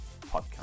podcast